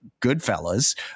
Goodfellas